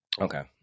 Okay